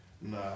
Nah